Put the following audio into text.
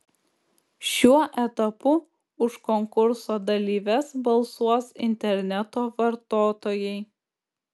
šiuo etapu už konkurso dalyves balsuos interneto vartotojai